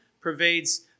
pervades